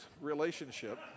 relationship